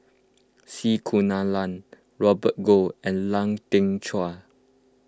C Kunalan Robert Goh and Lau Teng Chuan